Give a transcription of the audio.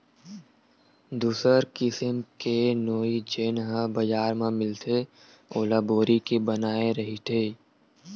दूसर किसिम के नोई जेन ह बजार म मिलथे ओला बोरी के बनाये रहिथे